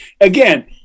again